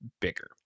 bigger